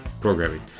programming